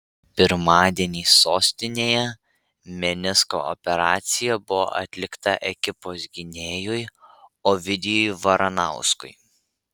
pirmadienį sostinėje menisko operacija buvo atlikta ekipos gynėjui ovidijui varanauskui